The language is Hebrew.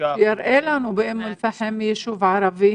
שיראה לנו באום אל פחם, יישוב ערבי.